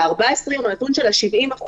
הנתון של ה-70%,